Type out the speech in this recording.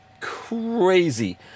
crazy